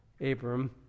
Abram